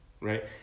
Right